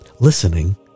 Listening